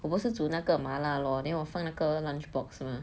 我不是煮那个麻辣咯 then 我放那个 lunch box mah